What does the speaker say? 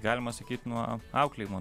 galima sakyt nuo auklėjimo